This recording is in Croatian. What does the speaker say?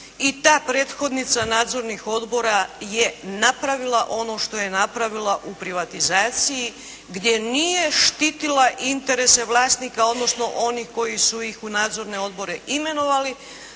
i ta prethodnica nadzornih odbora je napravila ono što je napravila u privatizaciji gdje nije štitila interese vlasnika, odnosno onih koji su ih u nadzorne odbore imenovali,